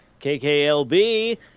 kklb